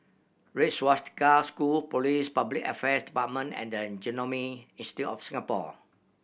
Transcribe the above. Red Swastika School Police Public Affairs Department and the an Genome Institute of Singapore